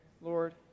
Lord